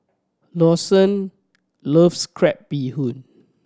Lawson loves crab bee hoon